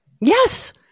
Yes